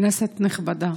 כנסת נכבדה,